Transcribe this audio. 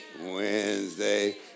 Wednesday